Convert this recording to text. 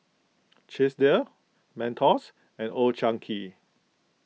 Chesdale Mentos and Old Chang Kee